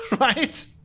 right